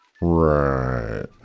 Right